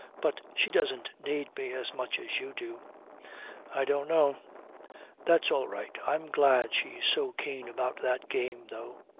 but she doesn't need me as much as you do i don't know that's all right. i'm glad she's so keen about that game, though